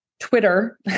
Twitter